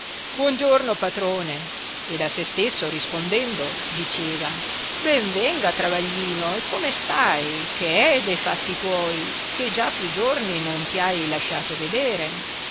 giorno patrone ed a se stesso rispondendo diceva ben venga travaglino e come stai che è de fatti tuoi che già più giorni non ti hai lasciato vedere